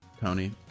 Tony